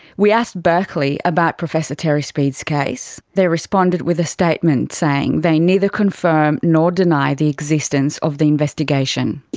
we asked berkeley about professor terry speed's case, and they responded with a statement saying they neither confirm nor deny the existence of the investigation.